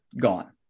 gone